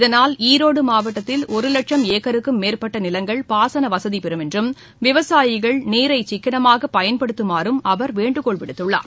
இதனால் ஈரோடு மாவட்டத்தில் ஒரு வட்சம் ஏக்கருக்கும் மேற்பட்ட நிலங்கள் பாசனவசதி பெறும் என்றும் விவசாயிகள் நீரை சிக்கனமாக பயன்படுத்தமாறும் அவர் வேண்டுகோள் விடுத்துள்ளார்